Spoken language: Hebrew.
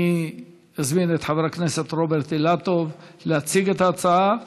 אני מזמין את חבר הכנסת רוברט אילטוב להציג את ההצעה.